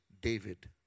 David